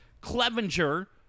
Clevenger